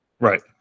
Right